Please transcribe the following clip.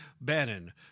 Bannon